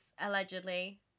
allegedly